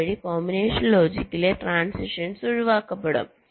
അതുവഴി കോമ്പിനേഷൻ ലോജിക്കിലെ ട്രാന്സിഷൻസ് ഒഴിവാക്കപ്പെടും